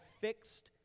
fixed